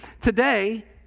Today